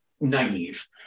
naive